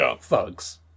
thugs